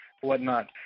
whatnot